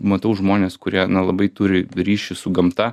matau žmones kurie na labai turi ryšį su gamta